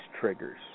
triggers